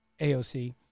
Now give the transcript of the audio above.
AOC